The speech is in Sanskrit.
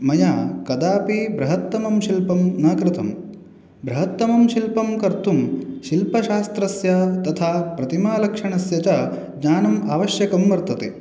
मया कदापि बृहत्तमं शिल्पं न कृतं बृहत्तमं शिल्पं कर्तुं शिल्पशास्त्रस्य तथा प्रतिमालक्षणस्य ज्ञानम् आवश्यकं वर्तते